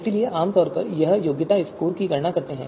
इसलिए हम आम तौर पर योग्यता स्कोर की गणना करते हैं